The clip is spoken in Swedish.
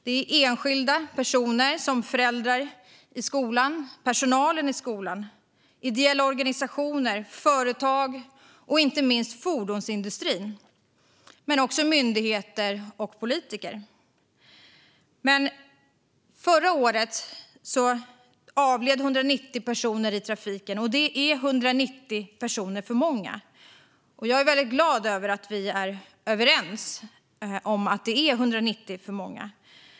Det är enskilda personer som föräldrar och personalen i skolan, ideella organisationer, företag och inte minst fordonsindustrin. Men det är också myndigheter och politiker. Förra året avled 190 personer i trafiken, och det är 190 personer för många. Jag är väldigt glad över att vi är överens om att det är 190 personer för många.